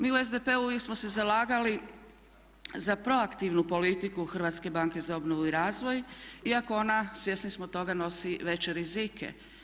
Mi u SDP-u uvijek smo se zalagali za proaktivnu politiku Hrvatske banke za obnovu i razvoj iako ona svjesni smo toga nosi veće rizike.